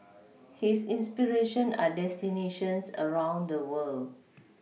his inspiration are destinations around the world